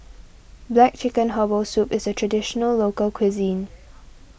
Black Chicken Herbal Soup is a Traditional Local Cuisine